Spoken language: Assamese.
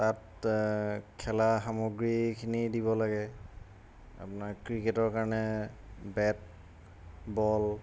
তাত খেলা সামগ্ৰীখিনি দিব লাগে আপোনাৰ ক্ৰিকেটৰ কাৰণে বেট বল